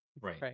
right